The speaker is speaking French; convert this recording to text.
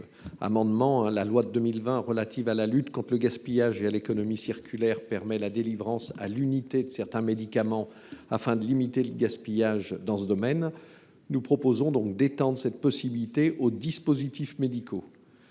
La loi de 2020 relative à la lutte contre le gaspillage et à l’économie circulaire permet la délivrance à l’unité de certains médicaments, afin de limiter le gaspillage dans ce domaine. Nous proposons d’étendre cette possibilité aux dispositifs médicaux,